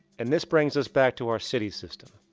and this brings us back to our city system.